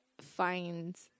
find